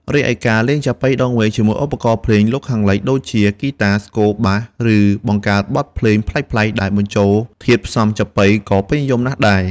រីឯ ការលេងចាប៉ីដងវែងជាមួយឧបករណ៍ភ្លេងលោកខាងលិច ដូចជា ហ្គីតា ស្គរ បាស ឬបង្កើតបទភ្លេងប្លែកៗដែលបញ្ចូលធាតុផ្សំចាប៉ីក៏ពេញនិយមណាស់ដែរ។